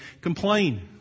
complain